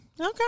Okay